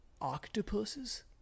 Octopuses